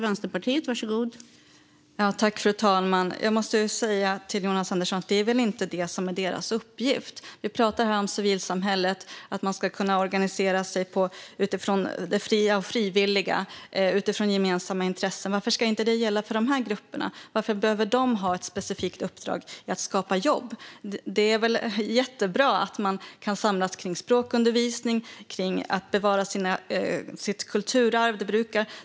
Fru talman! Jag måste säga till Jonas Andersson att det väl inte är det som är deras uppgift. Vi pratar här om civilsamhället och att man ska kunna organisera sig utifrån det fria och frivilliga och utifrån gemensamma intressen. Varför ska inte det gälla för det här grupperna? Varför behöver de ha ett specifikt uppdrag att skapa jobb? Det är väl jättebra att man kan samlas kring språkundervisning och att bevara sitt kulturarv.